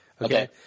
Okay